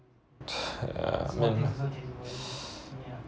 uh I mean